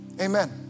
Amen